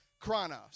chronos